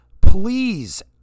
Please